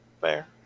fair